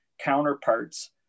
counterparts